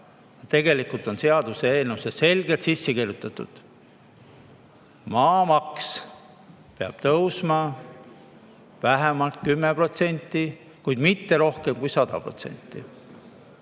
Tegelikult on seaduseelnõusse selgelt sisse kirjutatud: maamaks peab tõusma vähemalt 10%, kuid mitte rohkem kui 100%.